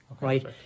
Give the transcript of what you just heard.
right